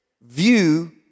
view